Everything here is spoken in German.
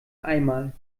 einmal